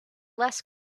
less